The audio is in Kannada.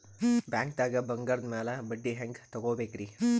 ಬ್ಯಾಂಕ್ದಾಗ ಬಂಗಾರದ್ ಮ್ಯಾಲ್ ಬಡ್ಡಿ ಹೆಂಗ್ ತಗೋಬೇಕ್ರಿ?